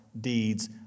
deeds